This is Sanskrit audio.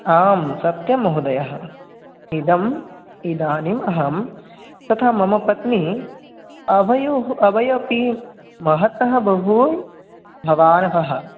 आं सत्यं महोदय इदं इदानीम् अहं तथा मम पत्नी आवयोः आवामपि महत्तः बहो भवार्हः